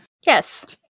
Yes